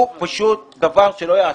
זה דבר שפשוט לא ייעשה.